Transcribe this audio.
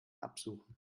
absuchen